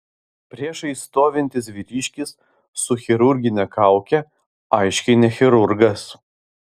priešais stovintis vyriškis su chirurgine kauke aiškiai ne chirurgas